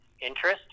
interest